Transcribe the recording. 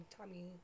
Tommy